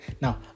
Now